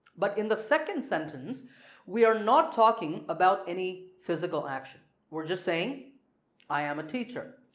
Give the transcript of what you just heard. but in the second sentence we are not talking about any physical action we're just saying i am a teacher.